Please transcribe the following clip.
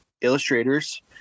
illustrators